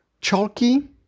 Chalky